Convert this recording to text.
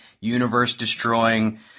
universe-destroying